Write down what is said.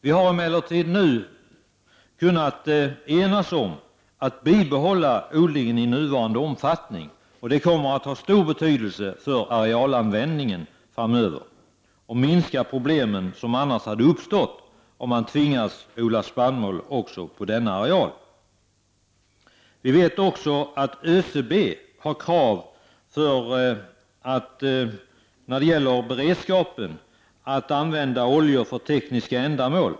Vi har nu emellertid kunnat enas om att bibehålla odlingen i nuvarande omfattning. Det kommer att ha stor betydelse för arealanvändningen framöver och minskar de problem som annars skulle ha uppstått om man skulle ha tvingats odla spannmål även på denna areal. Vi vet också att ÖCB har krav på att när det gäller beredskapen kunna använda oljor för tekniska ändamål.